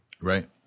Right